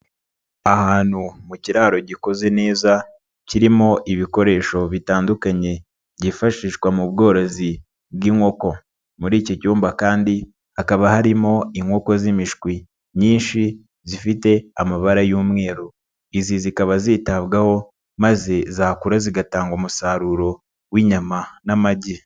Ahantu mu kiraro gikoze neza kirimo ibikoresho bitandukanye byifashishwa mu bworozi bw'inkoko, muri iki cyumba kandi hakaba harimo inkoko z'imishwi nyinshi zifite amabara y'umweru, izi zikaba zitabwaho, maze zakura zigatanga umusaruro w'inyama n'amagi.